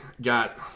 got